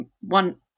One